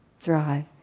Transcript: thrive